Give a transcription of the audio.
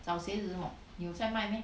找鞋子做什么你有在卖 meh